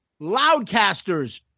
Loudcasters